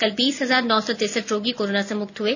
कल बीस हजार नौ सौ तिरसठ रोगी कोरोना से मुक्त हए